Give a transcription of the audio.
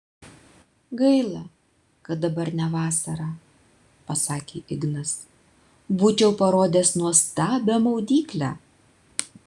gaila kad dabar ne vasara pasakė ignas būčiau parodęs nuostabią maudyklę